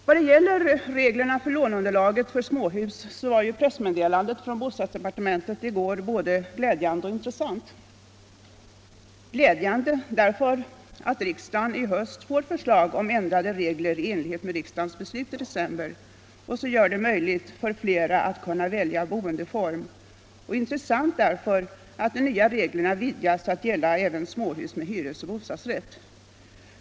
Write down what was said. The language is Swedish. När det gäller reglerna för låneunderlag för småhus var pressmeddelandet från bostadsdepartementet i går både glädjande och intressant — glädjande därför att riksdagen i höst får förslag om ändrade regler i enlighet med beslutet i december, vilka gör det möjligt för flera att välja boendeform, och intressant därför att de nya reglerna vidgats till att gälla även småhus med hyresoch bostadsrätt.